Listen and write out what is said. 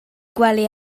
gwely